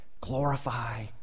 Glorify